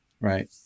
Right